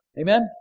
Amen